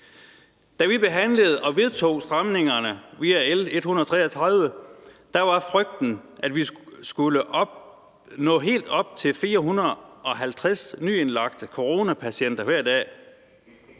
Da vi behandlede og vedtog stramningerne via L 133, var frygten, at vi skulle nå helt op på 450 nyindlagte coronapatienter hver dag.